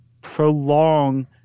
prolong